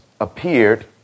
appeared